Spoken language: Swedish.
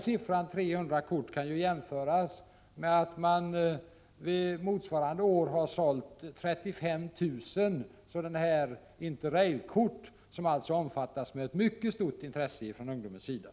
Siffran 300 kort kan jämföras med att SJ samma år sålde 35 000 Interrailkort, som alltså omfattas med ett mycket stort intresse från ungdomens sida.